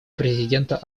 президента